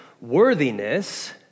worthiness